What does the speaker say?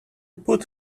put